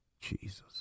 Jesus